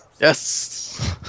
Yes